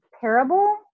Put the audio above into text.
parable